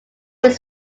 its